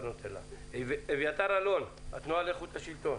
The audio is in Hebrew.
למר אביתר אילון מהתנועה לאיכות השלטון,